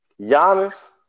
Giannis